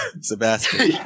Sebastian